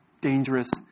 dangerous